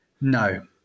no